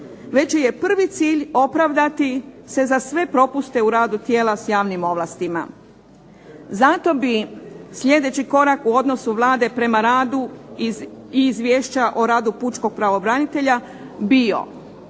joj je prvi cilj opravdati se za sve propuste u radu tijela s javnim ovlastima. Zato bi sljedeći korak u odnosu Vlade prema radu i izvješća o radu pučkog pravobranitelja bio